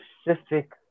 specific